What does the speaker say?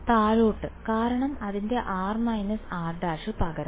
താഴോട്ട് കാരണം അതിന്റെ r − r′ പകരം